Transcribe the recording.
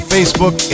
Facebook